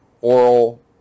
oral